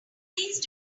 please